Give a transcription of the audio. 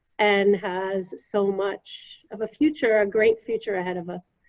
and has so much of a future, a great future ahead of us.